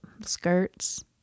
skirts